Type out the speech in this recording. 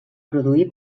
produir